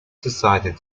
decided